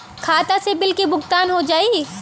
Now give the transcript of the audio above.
खाता से बिल के भुगतान हो जाई?